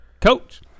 Coach